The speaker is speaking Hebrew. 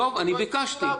תודה.